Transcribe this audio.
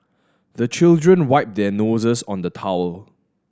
the children wipe their noses on the towel